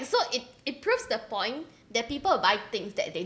so it it proves the point that people will buy things that they